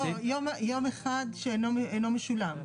כוונתך ליום אחד שלא משולם.